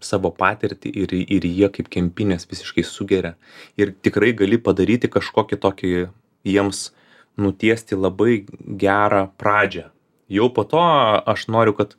savo patirtį ir ir jie kaip kempinės visiškai sugeria ir tikrai gali padaryti kažkokį tokį jiems nutiesti labai gerą pradžią jau po to aš noriu kad